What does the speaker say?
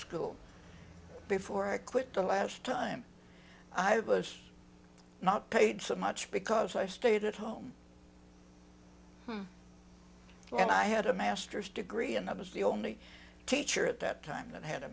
school before i quit the last time i was not paid so much because i stayed at home and i had a master's degree and i was the only teacher at that time that had a